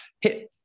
hit